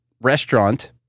restaurant